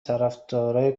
طرفدارای